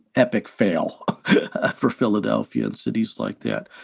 epic fail for philadelphia and cities like that.